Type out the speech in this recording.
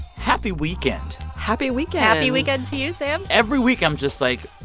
happy weekend happy weekend happy weekend to you, sam every week, i'm just, like,